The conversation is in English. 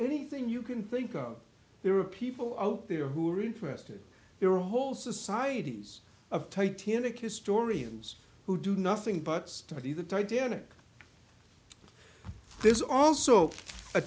anything you can think of there are people out there who are interested there are whole societies of titanic historians who do nothing but study the titanic there's also a